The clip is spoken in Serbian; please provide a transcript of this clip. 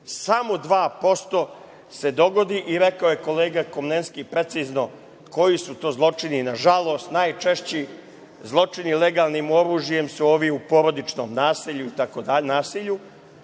samo 2% se dogodi i rekao je kolega Komlenski precizno koji su to zločini na žalost najčešći zločini legalnim oružjem su ovi u porodičnom nasilju,